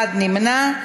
אחד נמנע.